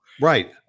Right